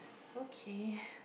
okay